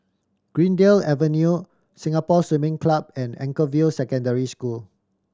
Greendale Avenue Singapore Swimming Club and Anchorvale Secondary School